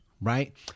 right